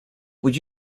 would